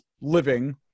living